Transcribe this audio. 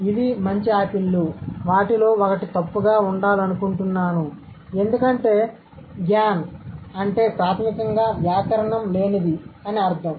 ఇవి మంచి ఆపిల్లు వాటిలో ఒకటి తప్పుగా ఉండాలనుకుంటున్నాను ఎందుకంటే an అంటే ప్రాథమికంగా వ్యాకరణం లేనిది అని అర్థం